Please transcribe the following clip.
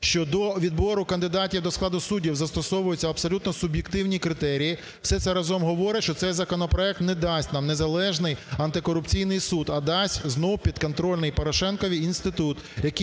що до відбору кандидатів до складу суддів застосовуються абсолютно суб'єктивні критерії. Все це разом говорить, що цей законопроект не дасть нам незалежний антикорупційний суд, а дасть знов підконтрольний Порошенкові інститут, який,